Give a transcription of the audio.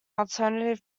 alternative